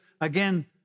again